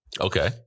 Okay